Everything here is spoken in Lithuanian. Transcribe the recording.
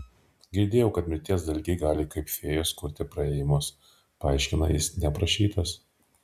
girdėjau kad mirties dalgiai gali kaip fėjos kurti praėjimus paaiškina jis neprašytas